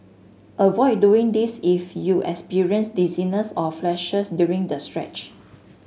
avoid doing this if you experience dizziness or flashes during the stretch